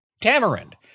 Tamarind